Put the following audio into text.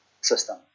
system